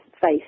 face